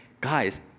guys